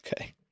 Okay